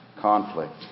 conflict